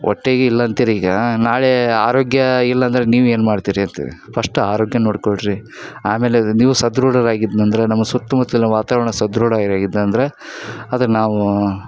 ಹೊಟ್ಟೆಗಿಲ್ಲ ಅಂತೀರಿ ಈಗ ನಾಳೆ ಆರೋಗ್ಯ ಇಲ್ಲ ಅಂದರೆ ನೀವೇನು ಮಾಡ್ತೀರಿ ಅಂತೀರಿ ಫಸ್ಟ್ ಆರೋಗ್ಯ ನೋಡಿಕೊಳ್ರಿ ಆಮೇಲೆ ಅದು ನೀವು ಸದೃಢರಾಗಿದ್ನಂದ್ರೆ ನಮ್ಮ ಸುತ್ತಮುತ್ತಲ್ನ ವಾತಾವರಣ ಸದೃಢವಾಗಿದ್ದು ಅಂದ್ರೆ ಅದು ನಾವು